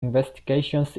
investigations